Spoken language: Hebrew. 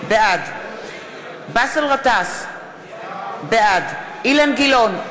בעד באסל גטאס, בעד אילן גילאון,